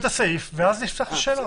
כן.